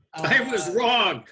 i was wrong!